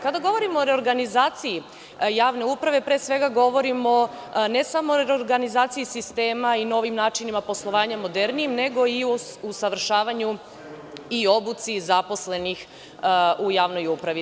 Kada govorimo o reorganizaciji javne uprave, pre svega govorimo ne samo o reorganizaciji sistema i novim načinima poslovanja modernijim, nego i o usavršavanju i obuci zaposlenih u javnoj upravi.